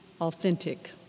authentic